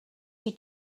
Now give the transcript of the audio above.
she